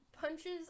punches